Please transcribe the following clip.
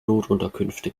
notunterkünfte